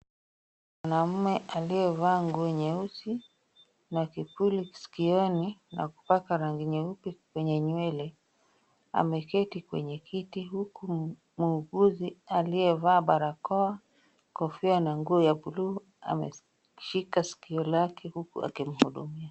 Mwanaume aliyevaa nguo nyeusi na kipuli sikioni na kupaka rangi nyeupe kwenye nywele, ameketi kwenye kiti huku muuguzi aliyevaa barakoa, kofia na nguo ya bluu ameshika sikio lake, huku akimhudumia.